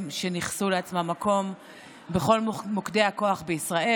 שניכסו לעצמם מקום בכל מוקדי הכוח בישראל,